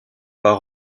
par